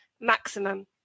maximum